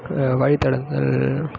வழித்தடங்கள்